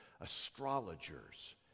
astrologers